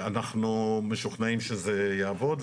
אנחנו משוכנעים שזה יעבוד.